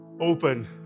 Open